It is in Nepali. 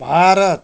भारत